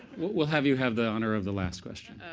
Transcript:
we'll have you have the honor of the last question.